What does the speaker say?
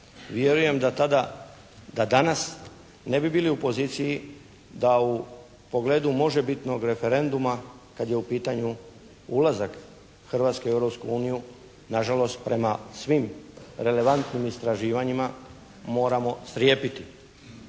da tada, da danas ne bi bili u poziciji da u pogledu može bitnog referenduma kad je u pitanju ulazak Hrvatske u Europsku uniju nažalost, prema svim relevantnim istraživanjima moramo strijepiti.